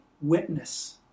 witness